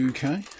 Okay